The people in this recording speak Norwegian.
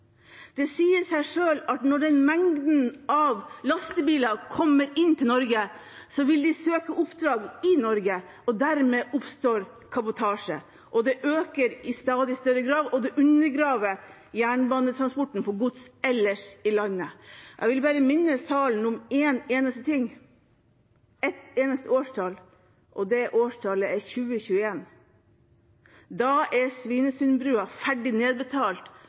Det sier seg selv at når den mengden lastebiler kommer inn til Norge, vil de søke oppdrag i Norge. Dermed oppstår kabotasje. Det øker i stadig større grad, og det undergraver jernbanetransporten av gods ellers i landet. Jeg vil bare minne salen om én eneste ting, ett eneste årstall – og det årstallet er 2021. Da er Svinesundsbrua ferdig nedbetalt,